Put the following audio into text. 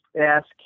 ask